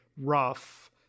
rough